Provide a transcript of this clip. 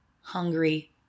hungry